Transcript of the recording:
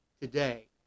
today